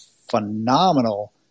phenomenal